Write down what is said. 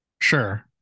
sure